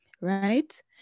right